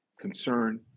concern